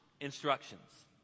instructions